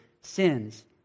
sins